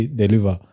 deliver